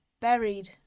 buried